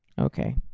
okay